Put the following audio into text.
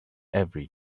every